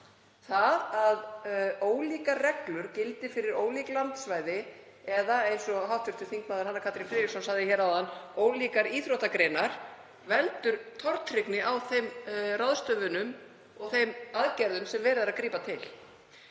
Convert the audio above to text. Það að ólíkar reglur gildi fyrir ólík landsvæði, eða eins og hv. þm. Hanna Katrín Friðriksson sagði áðan, ólíkar íþróttagreinar, veldur tortryggni gagnvart þeim ráðstöfunum og þeim aðgerðum sem verið er að grípa til.